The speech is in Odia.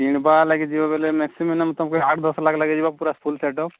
କିଣିବା ଲାଗି ଯିବ ବେଲେ ମ୍ୟାକ୍ସିମମ୍ ତୁମକୁ ଆଠ ଦଶ ଲକ୍ଷ ଲାଗିଯିବ ପୁରା ସେଟଅପ୍